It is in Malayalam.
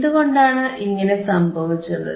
എന്തുകൊണ്ടാണ് ഇങ്ങനെ സംഭവിച്ചത്